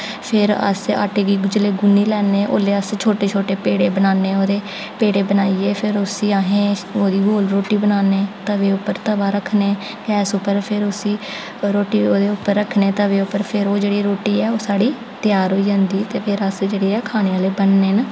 फिर अस आटे गी जेल्लै गुन्नी लैनें आं ओल्लै अस छोटे छोटे पेड़े बनाने ओह्दे पेड़े बनाइयै फिर उसी अहे्ं ओह्दी गोल रोटी बनाने तवे उप्पर तवा रखने गैस उप्पर फिर उसी रोटी ओह्दे उप्पर रखने तवे उप्पर फिर ओह् जेह्ड़ी रोटी ऐ ओह् साढ़ी त्यार होई जंदी ते फिर अस जेह्ड़े ऐ खाने आह्ले बनदे